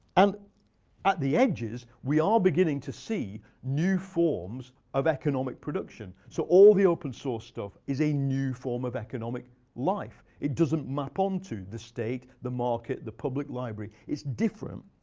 and at the edges, we are beginning to see new forms of economic production. so all the open source stuff is a new form of economic life. it doesn't map onto the state, the market, the public library. it's different.